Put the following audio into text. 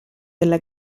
della